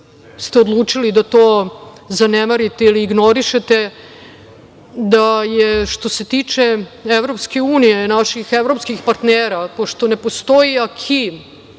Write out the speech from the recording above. ste odlučili da to zanemarite ili ignorišete, da je, što se tiče EU, naših evropskih partnera, pošto ne postoji AKI,